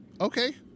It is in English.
Okay